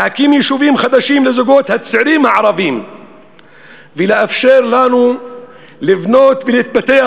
להקים יישובים חדשים לזוגות הצעירים הערביים ולאפשר לנו לבנות ולהתפתח.